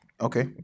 Okay